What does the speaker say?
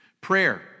Prayer